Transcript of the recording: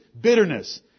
Bitterness